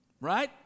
Right